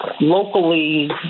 locally